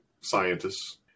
scientists